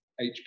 HP